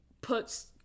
Puts